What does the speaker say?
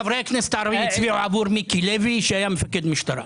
חברי הכנסת הערבים הצביעו עבור מיקי לוי שהיה מפקד משטרה.